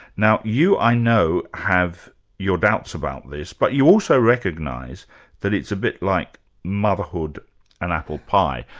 now you i know have your doubts about this, but you also recognise that it's a bit like motherhood and apple pie.